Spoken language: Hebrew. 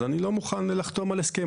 אז הוא לא מוכן לחתום על הסכם,